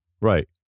Right